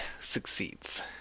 succeeds